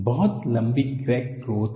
बहुत लंबी crack growth है